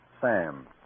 Sam